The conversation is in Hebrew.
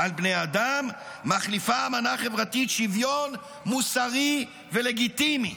על בני אדם מחליפה האמנה החברתית שוויון מוסרי ולגיטימי.